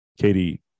Katie